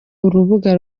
rubuga